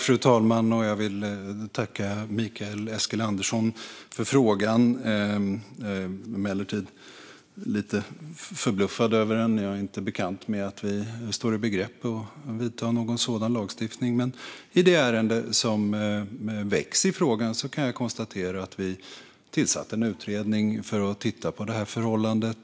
Fru talman! Jag vill tacka Mikael Eskilandersson för frågan. Jag är emellertid lite förbluffad över den; jag är inte bekant med att vi står i begrepp att införa någon sådan lagstiftning. Men i det ärende som väcks i frågan kan jag konstatera att vi tillsatte en utredning för att titta på detta förhållande.